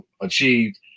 achieved